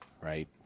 right